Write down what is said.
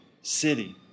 city